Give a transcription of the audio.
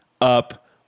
up